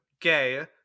gay